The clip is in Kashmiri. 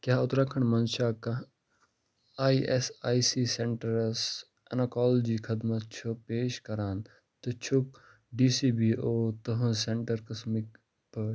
کیٛاہ اُترا کھنٛڈ مَنٛز چھا کانٛہہ I S I C centres اٮ۪نکالجی خدمت چھُ پیش کران تہٕ چھُکھ ڈی سی بی او تٕہٕنٛز سٮ۪نٹر قٕسمٕکۍ پٲٹھۍ